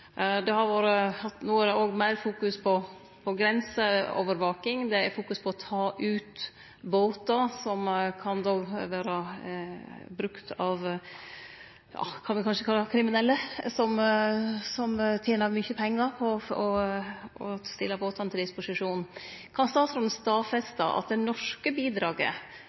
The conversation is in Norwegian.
Det har vore meir fokus på grenseovervaking og på å ta ut båtar som kan vere brukte av det me kanskje kan kalle kriminelle, som tener mykje pengar på å stille båtane til disposisjon. Kan statsråden stadfeste at det norske bidraget